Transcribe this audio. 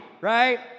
right